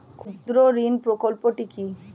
ক্ষুদ্রঋণ প্রকল্পটি কি?